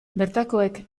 bertakoek